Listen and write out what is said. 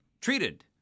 treated